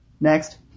Next